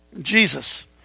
Jesus